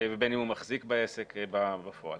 ובין אם הוא מחזיק בעסק בפועל.